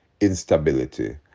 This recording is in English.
instability